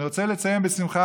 אני רוצה לציין בשמחה,